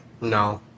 No